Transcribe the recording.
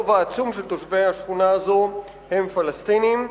הרוב העצום של תושבי השכונה הזאת הם פלסטינים.